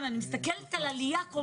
אני ישבתי עם האחראי על הבינוי אצלנו,